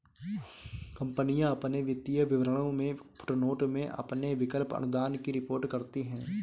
कंपनियां अपने वित्तीय विवरणों में फुटनोट में अपने विकल्प अनुदान की रिपोर्ट करती हैं